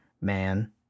man